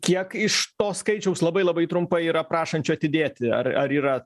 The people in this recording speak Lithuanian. kiek iš to skaičiaus labai labai trumpai yra prašančių atidėti ar ar yra